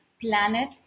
planet